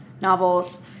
novels